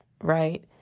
right